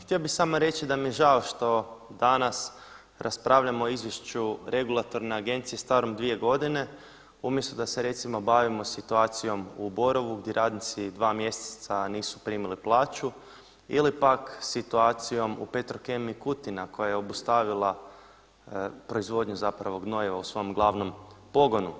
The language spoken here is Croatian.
Htio bih samo reći da mi je žao što danas raspravljamo o izvješću regulatorne agencije starom 2 godine umjesto da se recimo bavimo situacijom u Borovu gdje radnici 2 mjeseca nisu primili plaću ili pak situacijom u Petrokemiji Kutina koja je obustavila proizvodnju zapravo gnojima u svom glavnom pogonu.